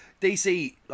DC